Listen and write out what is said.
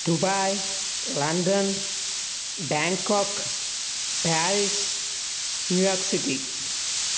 Dubai London Bangkok Paris New York City